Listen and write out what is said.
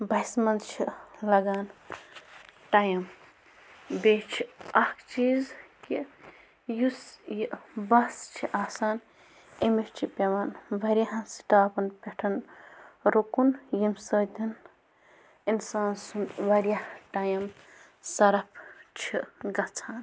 بَسہِ منٛز چھِ لگان ٹایِم بیٚیہِ چھِ اَکھ چیٖز کہِ یُس یہِ بَس چھِ آسان أمِس چھِ پٮ۪وان واریاہَن سٕٹاپَن پٮ۪ٹھ رُکُن ییٚمہِ سۭتۍ اِنسان سُنٛد واریاہ ٹایِم صَرَف چھِ گژھان